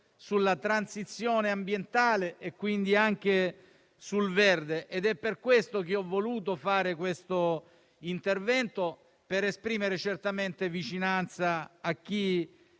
sulla transizione ambientale e quindi anche sul verde. È per questo che ho voluto fare questo intervento: certamente per esprimere vicinanza a chi